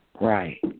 Right